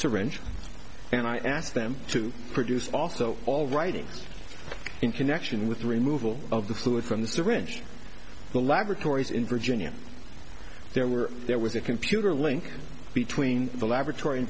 syringe and i asked them to produce also all writings in connection with the removal of the fluid from the syringe the laboratories in virginia there were there was a computer link between the laboratory in